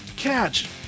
Catch